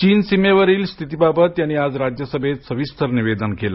चीनसीमेवरील स्थितीबाबत त्यांनी आज राज्यसभेत सविस्तर निवेदन केले